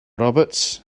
roberts